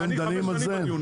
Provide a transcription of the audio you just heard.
אתם דנים בזה?